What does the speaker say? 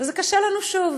וזה קשה לנו שוב.